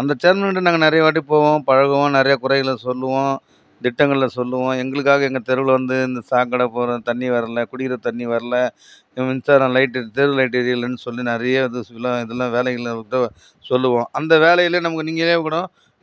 அந்த சேர்மன் கிட்ட நாங்கள் நிறைய வாட்டி போவோம் பழகுவோம் நிறைய குறைகளை சொல்லுவோம் திட்டங்களை சொல்லுவோம் எங்களுக்காக எங்கள் தெருவில் வந்து இந்த சாக்கடை போகிற தண்ணி வரல குடிக்கிற தண்ணி வரல மின்சாரம் லைட்டு தெரு லைட்டு எரியலனு சொல்லி நிறைய இது இதெலாம் வேலையிகலாம் விட்டு சொல்லுவோம் அந்த வேலையிலே நம்ம நீங்களே கூட